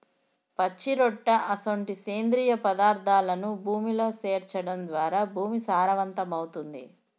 పచ్చిరొట్ట అసొంటి సేంద్రియ పదార్థాలను భూమిలో సేర్చడం ద్వారా భూమి సారవంతమవుతుంది